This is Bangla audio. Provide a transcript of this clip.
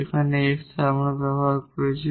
এখানে x ব্যবহার করেছি